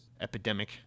epidemic